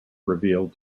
revealed